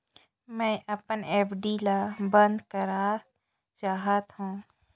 मैं अपन एफ.डी ल बंद करा चाहत हों